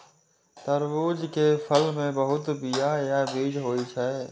तरबूज के फल मे बहुत बीया या बीज होइ छै